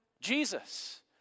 Jesus